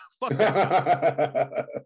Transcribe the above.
Fuck